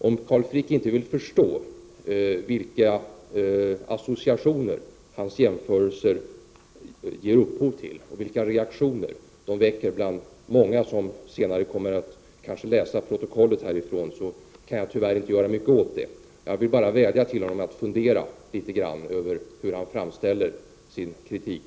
Om Carl Frick inte vill förstå vilka associationer hans jämförelser ger upphov till och vilka reaktioner de väcker bland många som senare kommer att läsa protokollet, kan jag tyvärr inte göra mycket åt det. Jag vill bara vädja till honom att senare fundera litet grand över hur han framställer sin kritik.